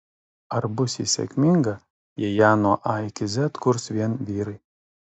ar bus ji sėkminga jei ją nuo a iki z kurs vien vyrai